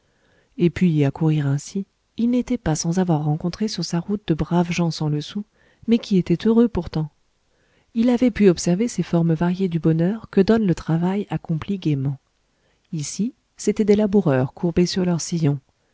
et puis à courir ainsi il n'était pas sans avoir rencontré sur sa route de braves gens sans le sou mais qui étaient heureux pourtant il avait pu observer ces formes variées du bonheur que donne le travail accompli gaiement ici c'étaient des laboureurs courbés sur leur sillon